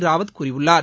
ராவத் கூறியுள்ளார்